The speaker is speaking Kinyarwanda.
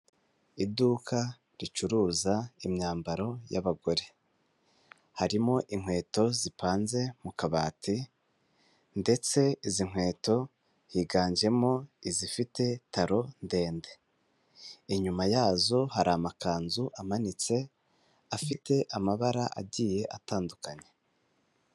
Iduka ricuruza imyambaro y'abagore. Harimo inkweto zipanze mu kabati ndetse izi nkweto higanjemo izifite taro ndende. Inyuma yazo hari amakanzu amanitse afite amabara agiye atandukanye.